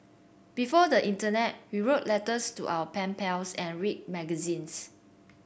before the Internet we wrote letters to our pen pals and read magazines